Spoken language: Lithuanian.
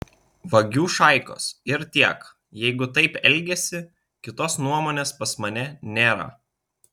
vagių šaikos ir tiek jeigu taip elgiasi kitos nuomonės pas mane nėra